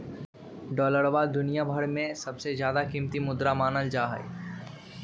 डालरवा दुनिया भर में सबसे ज्यादा कीमती मुद्रा मानल जाहई